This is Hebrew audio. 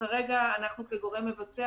אנחנו כגורם מבצע,